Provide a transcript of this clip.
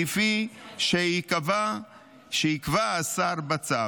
כפי שיקבע השר בצו,